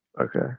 okay